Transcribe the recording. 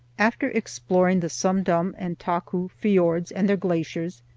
after exploring the sumdum and tahkoo fiords and their glaciers,